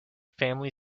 family